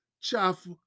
chaff